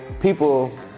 people